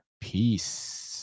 peace